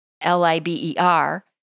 L-I-B-E-R